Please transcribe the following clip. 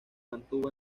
mantuvo